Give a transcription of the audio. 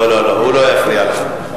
לא, הוא לא יפריע לך.